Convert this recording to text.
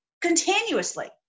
continuously